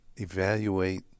evaluate